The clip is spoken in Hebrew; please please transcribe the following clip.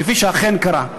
כפי שאכן קרה.